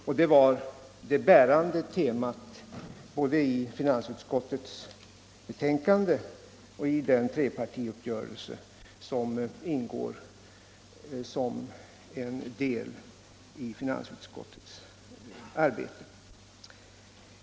Det är också det bärande temat både i finansutskottets betänkande och i den trepartiuppgörelse som refereras i betänkandet.